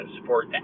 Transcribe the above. support